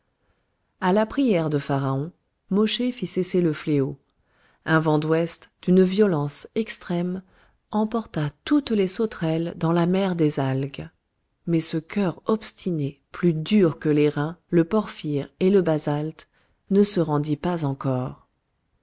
à la prière du pharaon mosché fit cesser le fléau un vent d'ouest d'une violence extrême emporta toutes les sauterelles dans la mer des algues mais ce cœur obstiné plus dur que l'airain le porphyre et le basalte ne se rendit pas encore